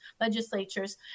legislatures